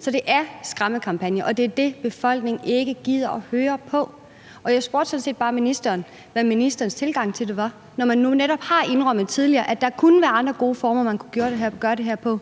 Så det er en skræmmekampagne, og det er det, befolkningen ikke gider at høre på. Jeg spurgte sådan set bare ministeren, hvad ministerens tilgang til det var, når man nu netop tidligere har indrømmet, at der kunne være andre gode måder, man kunne gøre det her på, og